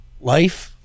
life